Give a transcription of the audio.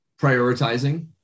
Prioritizing